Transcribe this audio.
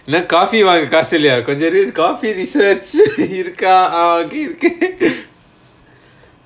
நா:naa coffee வாங்க காசில்லயா கொஞ்சோ இரு:vaanga kaasillaya konjo iru coffee research இருக்கா:irukkaa ah இங்க இருக்கு:inga irukku